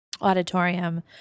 auditorium